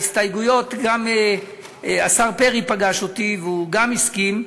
ההסתייגויות, גם השר פרי פגש אותי והוא גם הסכים: